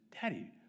Daddy